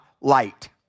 light